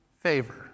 favor